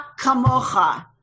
kamocha